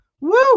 Woo